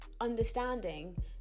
understanding